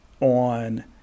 on